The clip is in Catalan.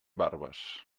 barbes